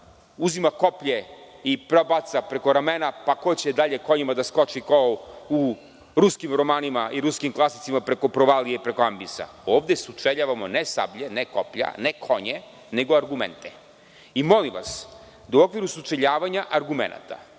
uzima koplje i prebaca preko ramena, pa ko će dalje konjima da skoči, kao u ruskim romanima i ruskim klasicima, preko provalije i preko ambisa. Ovde sučeljavamo ne sablje, ne koplja, ne konje, nego argumente. Molim vas da u okviru sučeljavanja argumenata,